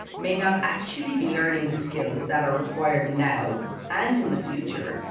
may not actually be learning the skills that are required now and in the future,